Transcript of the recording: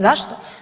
Zašto?